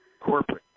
corporate